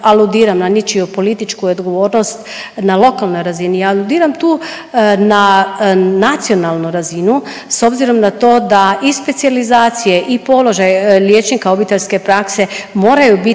aludiram na ničiju političku odgovornost na lokalnoj razini, aludiram tu na nacionalnu razinu s obzirom na to da i specijalizacije i položaj liječnika obiteljske prakse moraju biti